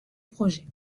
projet